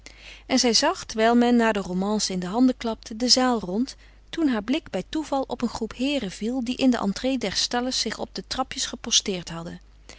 en zij zag terwijl men na de romance in de handen klapte de zaal rond toen haar blik bij toeval op een groep heeren viel die in de entrée der stalles zich op de trapjes geposteerd hadden